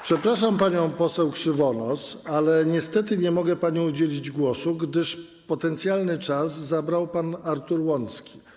Przepraszam panią poseł Krzywonos, ale niestety nie mogę pani udzielić głosu, gdyż potencjalny czas zabrał pan poseł Artur Łącki.